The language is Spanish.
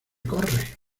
corre